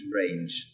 range